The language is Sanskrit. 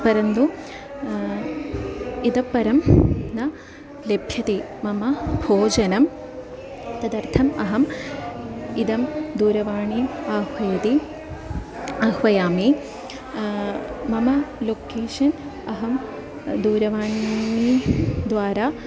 परन्तु इतःपरं न लभ्यते मम भोजनं तदर्थम् अहम् इदं दूरवाणीम् आह्वयति आह्वयामि मम लोकेशन् अहं दूरवाणीद्वारा